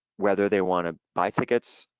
whether they wanna buy tickets,